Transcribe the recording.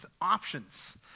options